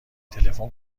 تلفن